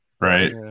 right